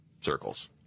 circles